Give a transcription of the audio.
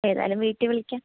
ഏതായാലും വീട്ടിൽ വിളിക്കാം